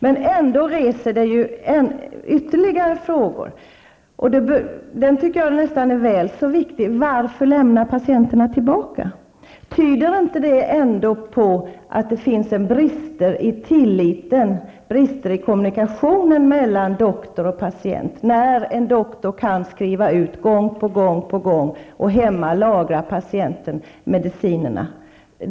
Men ändå reser detta ytterligare en fråga som jag tycker är väl så viktig: Tyder inte detta på att det finns brister i tilliten och i kommunikationen mellan doktor och patient när en doktor gång på gång kan skriva ut mediciner som patienten lagrar hemma?